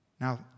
Now